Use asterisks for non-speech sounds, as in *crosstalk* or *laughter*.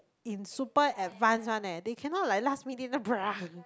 in super advance one eh they cannot like last minute *noise*